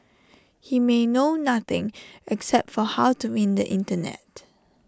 he may know nothing except for how to win the Internet